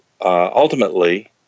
ultimately